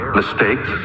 mistakes